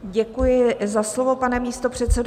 Děkuji za slovo, pane místopředsedo.